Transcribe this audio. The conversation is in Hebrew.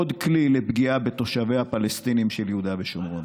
עוד כלי לפגיעה בתושביה הפלסטינים של יהודה ושומרון.